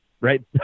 right